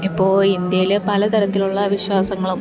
ഇപ്പോൾ ഇന്ത്യയിൽ പല തരത്തിലുള്ള വിശ്വാസങ്ങളും